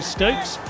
Stokes